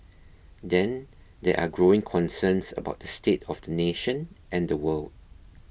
then there are growing concerns about the state of the nation and the world